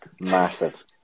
Massive